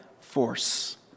force